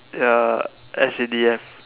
ya S_C_D_F